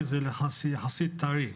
כי זה יחסית טרי,